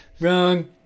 Wrong